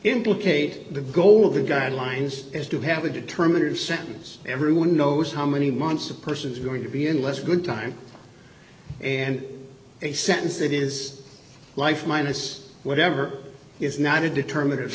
implicate the goal of the guidelines is to have a determinative sentence everyone knows how many months a person is going to be in less good time and a sentence that is life minus whatever is not a determin